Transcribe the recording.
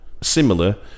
similar